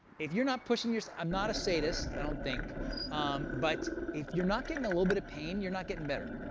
if you're not pushing yourself i'm not a sadist, i don't think but if you're not getting a little bit of pain, you're not getting better.